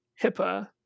hipaa